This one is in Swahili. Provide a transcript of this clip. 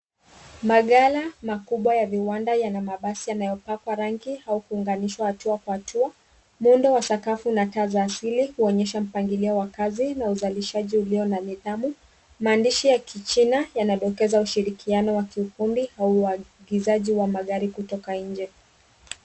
Maghala makubwa ya viwanda yana mabasi yanayopakwa rangi au kuunganishwa hatua kwa hatua. Muundo wa sakafu na taa za asili huonyesha mpangilio wa kazi na uzalishaji ulio na nidhamu. Maandishi ya kichina yanadokeza ushirikiano wa kiufundi au uagizaji wa magari kutoka nje.